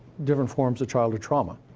different forms of childhood trauma.